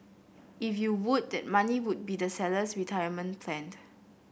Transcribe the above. if you would that money will be the seller's retirement planed